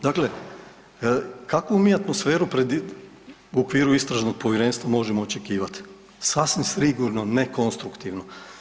Dakle, kakvu mi atmosferu pred, u okviru istražnog povjerenstva možemo očekivati, sasvim sigurno ne konstruktivnu.